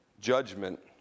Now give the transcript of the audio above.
judgment